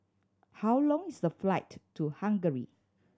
how long is the flight to Hungary